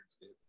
dude